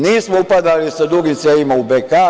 Nismo upadali sa dugim cevima u BK.